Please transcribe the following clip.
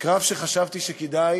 קרב שחשבתי שכדאי